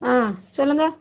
ஆ சொல்லுங்க